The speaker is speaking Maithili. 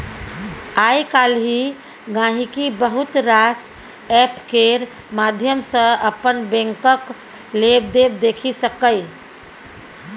आइ काल्हि गांहिकी बहुत रास एप्प केर माध्यम सँ अपन बैंकक लेबदेब देखि सकैए